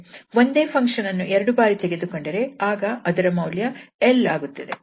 ಒಂದೇ ಫಂಕ್ಷನ್ ಅನ್ನು ಎರಡು ಬಾರಿ ತೆಗೆದುಕೊಂಡರೆ ಆಗ ಅದರ ಮೌಲ್ಯ 𝑙 ಆಗುತ್ತದೆ